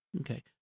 Okay